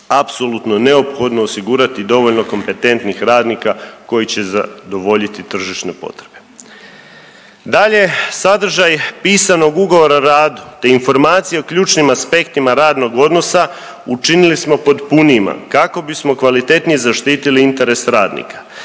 apsolutno neophodno osigurati dovoljno kompetentnih radnika koji će zadovoljiti tržišne potrebe. Dalje, sadržaj pisanog ugovora o radu te informacija o ključnim aspektima radnog odnosa učinili smo potpunijima kako bismo kvalitetnije zaštitili interes radnika.